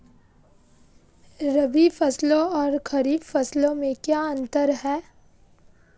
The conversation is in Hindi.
रबी फसलों और खरीफ फसलों में क्या अंतर है?